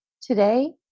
today